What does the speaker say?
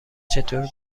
چطور